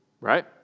Right